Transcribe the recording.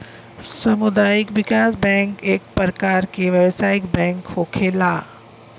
सामुदायिक विकास बैंक इक परकार के व्यवसायिक बैंक होखेला